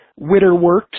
Witterworks